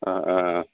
অঁ অঁ অঁ